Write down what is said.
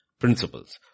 Principles